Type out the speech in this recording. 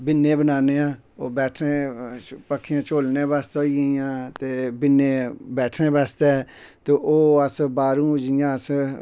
बिन्ने बनाने आं ओह् बैठने पक्खियां झोलने बास्तै होई गाईयां ते बिन्ने बैछने बास्तै ते ओह् अस बाह्रों जियां अस